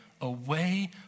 away